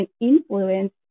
influence